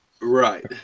Right